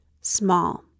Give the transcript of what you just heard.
small